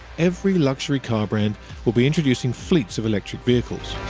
every luxury car brand will be introducing fleets of electric vehicles.